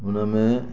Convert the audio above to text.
हुनमें